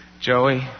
Joey